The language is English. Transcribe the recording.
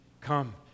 Come